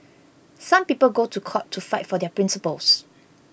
some people go to court to fight for their principles